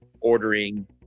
ordering